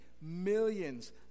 millions